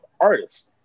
artists